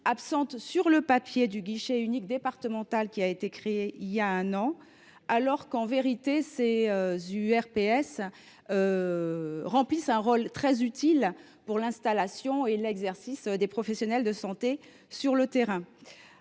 absentes sur le papier du guichet unique départemental qui a été créé voilà un an, alors qu’elles jouent un rôle très utile pour l’installation et l’exercice des professionnels de santé sur le terrain.